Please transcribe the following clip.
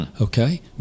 okay